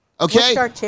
Okay